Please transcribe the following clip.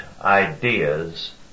ideas